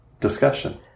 discussion